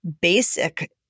basic